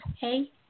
Hey